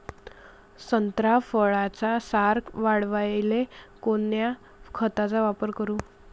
संत्रा फळाचा सार वाढवायले कोन्या खताचा वापर करू?